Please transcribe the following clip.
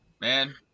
Man